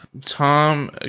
Tom